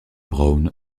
brown